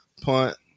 punt